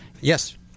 Yes